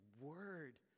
word